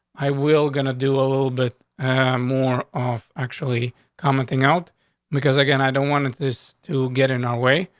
i will going to do a little bit more off actually commenting out because again, i don't want it just to get in our way.